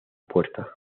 puerta